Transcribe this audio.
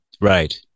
Right